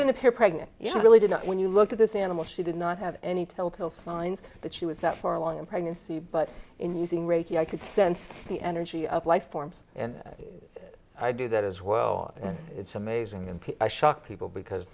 didn't appear pregnant yet really did not when you look at this animal she did not have any telltale signs that she was that far along in pregnancy but in using reiki i could sense the energy of life forms and i do that as well and it's amazing and i shock people because